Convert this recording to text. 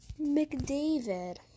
McDavid